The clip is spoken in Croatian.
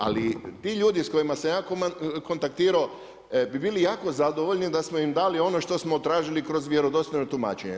Ali ti ljudi s kojima sam ja kontaktirao bi bili jako zadovoljni da smo im dali ono što smo tražili kroz vjerodostojno tumačenje.